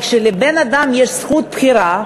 אבל כשלבן-אדם יש זכות בחירה,